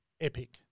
epic